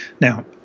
Now